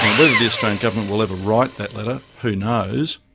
and whether the australian government will ever write that letter, who knows,